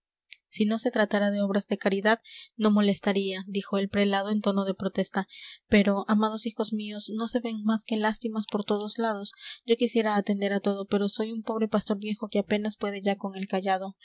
si no se tratara de obras de caridad no molestaría dijo el prelado en tono de protesta pero amados hijos míos no se ven más que lástimas por todos lados yo quisiera atender a todo pero soy un pobre pastor viejo que apenas puede ya con el cayado